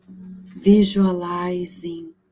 visualizing